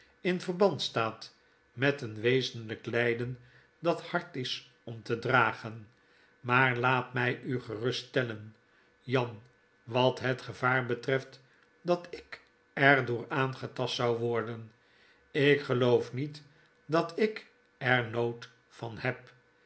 in verband staat met een wezenlyk lijden dat hard is om te dragen maar laat mij u gerust steilen jan wat het gevaar betreft dat ik er door aangetast zou worden ik geloof niet dat ik er nood van heb